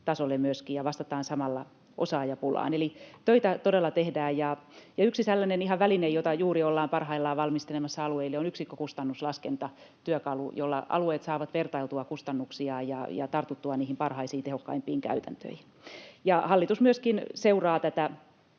tasolle myöskin ja vastataan samalla osaajapulaan, eli töitä todella tehdään. Yksi sellainen ihan väline, jota juuri ollaan parhaillaan valmistelemassa alueille, on yksikkökustannuslaskentatyökalu, jolla alueet saavat vertailtua kustannuksia ja tartuttua niihin parhaisiin, tehokkaimpiin käytäntöihin. Hallitus myöskin seuraa tätä